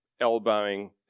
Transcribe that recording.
elbowing